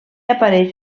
apareix